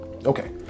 Okay